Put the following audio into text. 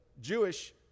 Jewish